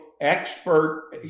expert